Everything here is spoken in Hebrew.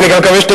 בבקשה.